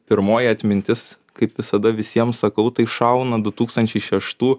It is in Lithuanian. pirmoji atmintis kaip visada visiem sakau tai šauna du tūkstančiai šeštų